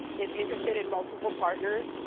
is interested in multiple partners,